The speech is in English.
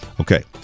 Okay